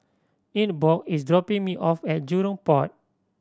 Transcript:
Ingeborg is dropping me off at Jurong Port